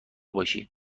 باشی